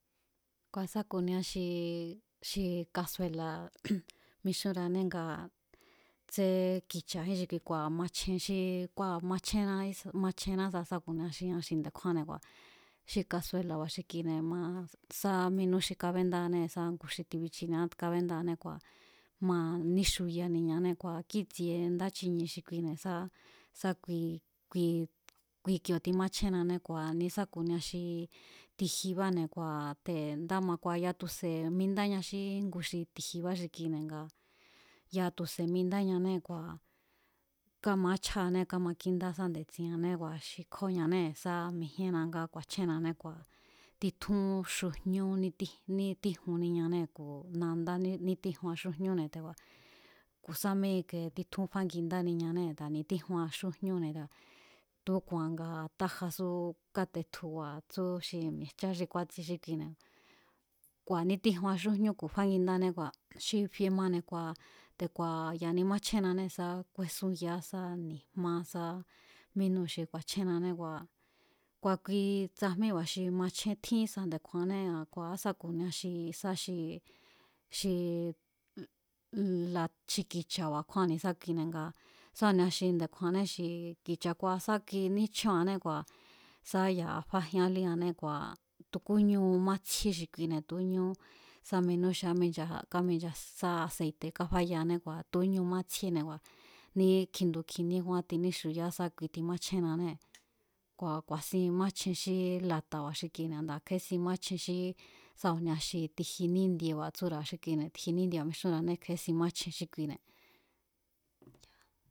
Kua̱ sá ku̱nia xi kasuela̱ mixúnra̱ané nga tsé ki̱cha̱jín xi ki, kua̱ machjen xí kua̱ machjénná ísmachjenná ísa̱ sá ku̱nia xi an xi nde̱kjúánne̱ kua̱ xi kasuela̱ba̱ xi kine̱ma sá mínú xi kábéndáanée̱ sá ngu xi timichiniá kabéndáané kua̱ ma níxuyaniñané kíi̱tsie ndá chinie xi kuine̱ sá sá kui kui kioo̱ timáchjénnané kua̱ ni̱ ísá ku̱nia xi ti̱jibane̱ kua̱ te̱ ndá ma kua̱ ya̱a tu̱se̱ mindáña xí ngu xi ti̱jiba xikine̱ nga ya̱a tu̱se̱ mindáñanée̱ kua̱ kámaáchjáanée̱ kámakíndáá sá nde̱tsi̱a̱anné kua̱ xi kjóo̱ñanée̱ sá mijíénna ngá ku̱a̱chjénnánée̱ kua̱ títjún xujñú nítíjunniñanée̱ ku̱ nadá nítíjuan xújñúne̱ te̱ku̱a̱ ku̱ sámé ike titjún fángindániñanée̱ te̱ku̱a̱ ni̱tíjuan xújñúne̱ te̱ku̱a̱ tu̱úku̱a̱ nga tájasú kátetju a̱ tsú xi mi̱e̱jchá xi kúatsie xí kine̱ kua̱ nítíjuan xújñú ku̱ fángindáñané ku̱a̱ xi fie mane̱ kua̱ te̱ku̱a̱ ya̱ni máchjennanée̱ sá sá kúésúnyaá sá ni̱jmá sá mínúu̱ xi ku̱a̱chjénnanée̱ kua̱ ki tsajmíba̱ xi machjén, tjín ísa nde̱kjuannée̱ ku̱a̱á sa ku̱nia xi sá xi xi la xi ki̱cha̱ba̱ kjúán ni̱sákine̱ nga sá ku̱nia xi nde̱kjuanné xi kicha̱ ngua̱ sá ki níchjóa̱nné kua̱ sá ya̱a fajian líjannée̱ kua̱ tu̱kúñu mátsjíé xi kuine̱ tu̱únñú sá minú xi amincha, áminchas sá aseite̱ kafayaané kua̱ tu̱úñu mátsjíéne̱ kua̱ ní kjindu kjiníé kjúán tiníxuyaá sákui timáchjénnanée̱ kua̱ ku̱a̱sin máchjen xí lata̱ba̱ xi kine̱ a̱ndaa̱ kje̱ésin máchjen xí sá ku̱nia xi ti̱ji níndieba̱ tsúra̱ xi kine̱ ti̱ji níndieba ̱mixúnra̱ané kje̱esin máchjen xí kine̱, yaa.